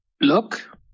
Look